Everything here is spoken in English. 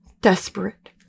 Desperate